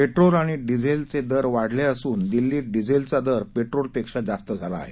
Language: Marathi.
पेट्रोल आणि डिझेलचे दर वाढले असून दिल्लीत डिझेलचा दर पेट्रोलपेक्षा जास्त झाला आहे